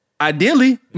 Ideally